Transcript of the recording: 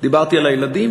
דיברתי על הילדים.